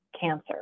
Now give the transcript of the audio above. cancer